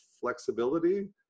flexibility